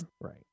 Right